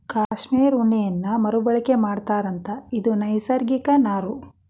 cashmere ಉಣ್ಣೇನ ಮರು ಬಳಕೆ ಮಾಡತಾರಂತ ಇದು ನೈಸರ್ಗಿಕ ನಾರು